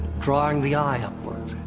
drawing the eye upward,